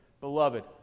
Beloved